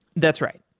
that's right.